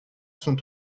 sont